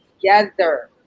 together